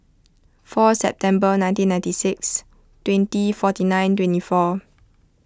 fourth September nineteen ninety six twenty forty nine twenty four